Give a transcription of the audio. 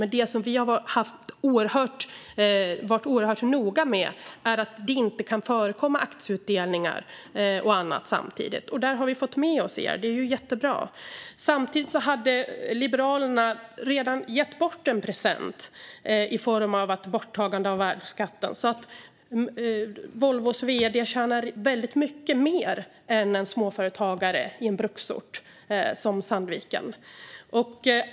Men det som vi har varit oerhört noga med är att det inte kan förekomma aktieutdelningar och annat samtidigt. Där har vi fått med oss er, och det är jättebra. Samtidigt hade Liberalerna redan gett bort en present i form av borttagandet av värnskatten, så Volvos vd tjänar väldigt mycket mer än en småföretagare i en bruksort som Sandviken.